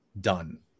done